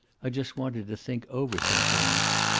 i just wanted to think over some things.